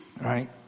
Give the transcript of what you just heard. right